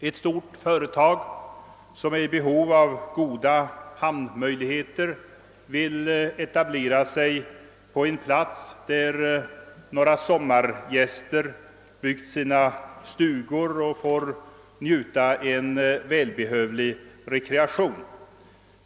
Ett stort företag, som är i behov av goda hamnmöjligheter, vill etablera sig på en plats, där några sommargäster byggt sina stugor och får njuta av välbehövlig rekreation.